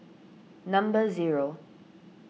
number zero